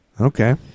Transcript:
Okay